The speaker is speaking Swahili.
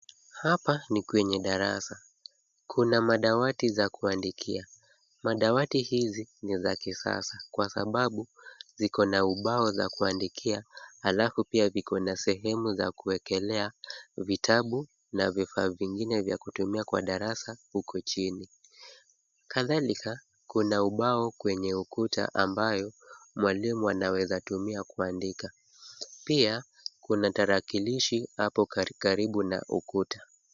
Hapa ni kwenye darasa. Kuna madawati za kuandikia. Madawati hizi ni za kisasa kwa sababu ziko na ubao za kuandikia halafu pia viko na sehemu za kuwekelea vitabu na vifaa vingine vya kutumia kwa darasa huko chini. Kadhalika, kuna ubao kwenye ukuta ambayo mwalimu anaweza tumia kuandika. Pia kuna tarakilishi hapo karibu na ukuta.